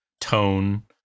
tone